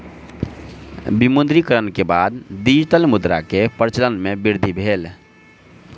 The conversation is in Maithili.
विमुद्रीकरण के बाद डिजिटल मुद्रा के प्रचलन मे वृद्धि भेल